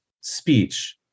speech